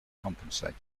compensated